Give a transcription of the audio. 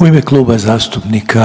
U ime Kluba zastupnika